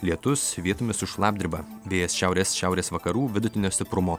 lietus vietomis su šlapdriba vėjas šiaurės šiaurės vakarų vidutinio stiprumo